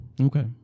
Okay